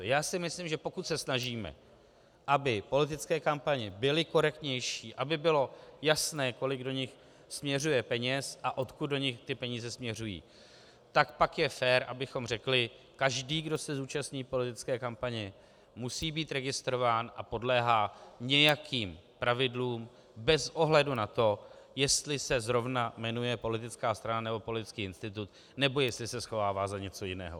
Já si myslím, že pokud se snažíme, aby politické kampaně byly korektnější, aby bylo jasné, kolik do nich směřuje peněz a odkud do nich ty peníze směřují, tak pak je fér, abychom řekli, že každý, kdo se zúčastní politické kampaně, musí být registrován a podléhá nějakým pravidlům bez ohledu na to, jestli se zrovna jmenuje politická strana nebo politický institut nebo jestli se schovává za něco jiného.